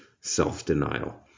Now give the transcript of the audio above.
self-denial